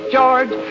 George